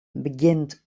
begjint